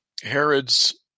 Herod's